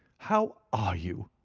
how are you?